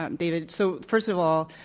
um david, so first of all,